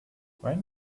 when